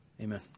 amen